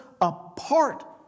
apart